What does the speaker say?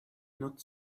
not